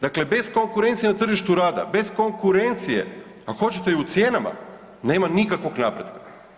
Dakle, bez konkurencije na tržištu rada, bez konkurencije, ako hoćete i u cijenama, nema nikakvog napretka.